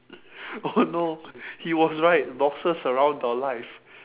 oh no he was right boxes surround the life